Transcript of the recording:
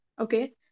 okay